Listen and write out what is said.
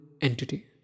entity